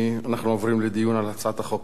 אנחנו עוברים לדיון על הצעת החוק.